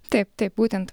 taip taip būtent